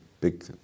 big